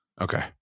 Okay